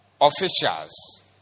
officials